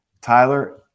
Tyler